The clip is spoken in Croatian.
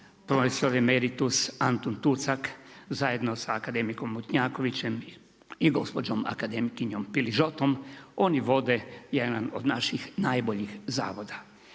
profesor emeritus Antun Tucak, zajedno sa akademikom Mutnjaković i gospođom akademkinjom Pilžotom, oni vode jedan od naših najboljih zavoda.